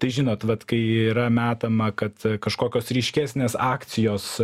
tai žinot vat kai yra metama kad kažkokios ryškesnės akcijos